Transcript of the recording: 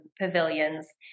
pavilions